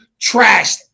trashed